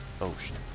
ocean